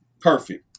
Perfect